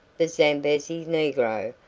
the zambesi negro,